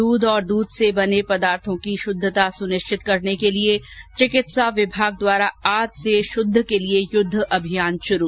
दूध और दूध से बने पदार्थों की शुद्वता सुनिश्चित करने के लिए चिकित्सा विभाग द्वारा आज से शुद्ध के लिए युद्ध अभियान शुरू